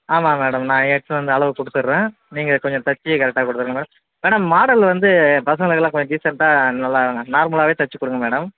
ஆமாம் மேடம் நான் எடுத்துகிட்டு வந்து அளவு கொடுத்துறேன் நீங்கள் கொஞ்ச தைச்சி கரெக்டா கொடுத்துடுங்க மேடம் மாடல் வந்து பசங்களுக்குலாம் கொஞ்ச டீசன்ட்டாக நல்லா நார்மலாகவே தைச்சிக் கொடுங்க மேடம்